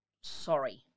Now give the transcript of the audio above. sorry